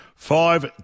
Five